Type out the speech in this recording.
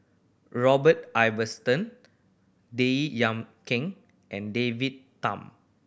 Robert Ibbetson Baey Yam Keng and David Tham